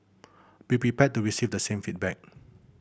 be prepared to receive the same feedback